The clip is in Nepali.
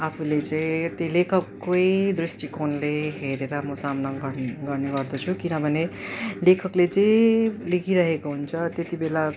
आफूले चाहिँ त्यो लेखककै दृष्टिकोणले हेरेर म सामना गर्ने गर्ने गर्द्छु किनभने लेखकले चाहिँ लेखिरहेको हुन्छ त्यति बेला